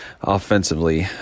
offensively